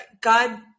God